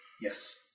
Yes